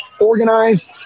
organized